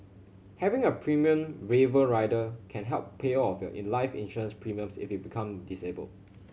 having a premium waiver rider can help pay all of your life insurance premiums if you become disabled